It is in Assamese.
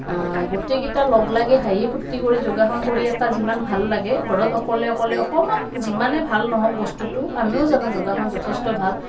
গোটেই কেইটা লগ লাগি হাঁহি ফূৰ্তি কৰি যোগাসন কৰি এটা যিমান ভাল লাগে ঘৰত অকলে অকলে অকণমান যিমানেই ভাল নহওক বস্তুটো আমিও জানো যোগাসন যথেষ্ট ভাল